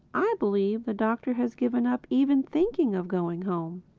i believe the doctor has given up even thinking of going home.